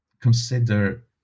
consider